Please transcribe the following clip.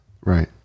Right